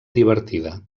divertida